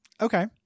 Okay